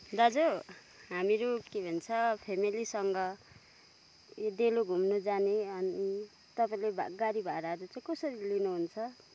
दाजु हामीहरू के भन्छ फ्यामिलीसँग डेलो घुम्न जाने अनि तपाईँले गाडी भाडाहरू चाहिँ कसरी लिनुहुन्छ